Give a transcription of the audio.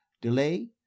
Delay